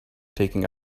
taking